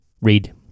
Read